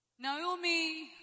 Naomi